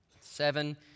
Seven